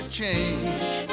change